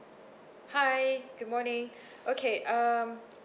hi good morning okay um